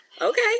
Okay